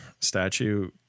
statue